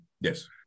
Yes